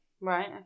right